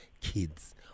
kids